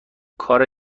کار